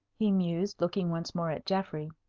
he mused, looking once more at geoffrey,